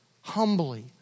humbly